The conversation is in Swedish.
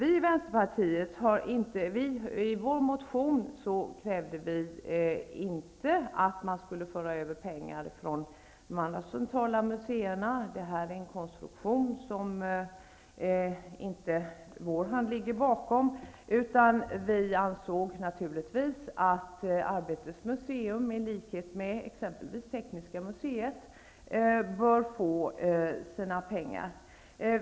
I Vänsterpartiets motion krävde vi inte att man skulle föra över pengar från de andra centrala museerna. Detta är en konstruktion som inte Vänsterpartiets hand ligger bakom. Vi ansåg naturligtvis att Arbetets museum, i likhet med exempelvis Tekniska museet, bör få sina pengar.